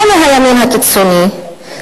לא מהימין הקיצוני,